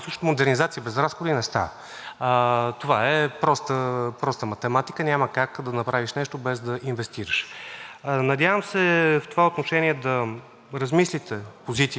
Надявам се в това отношение да размислите позициите на „Продължаваме Промяната“ и наистина да подкрепите не само Проекта за инвестиционен разход утре, който ще бъде гледан, който беше внесен от